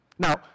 Now